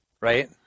right